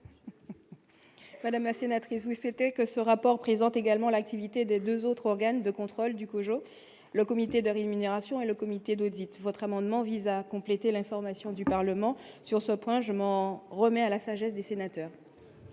Madame la sénatrice, vous c'était quoi. Ce rapport présente également l'activité des 2 autres organes de contrôle du COJO, le comité de rémunération et le comité d'audits votre amendement vise à compléter l'information du Parlement sur ce point, je m'en remets à la sagesse des sénateurs.